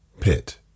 PIT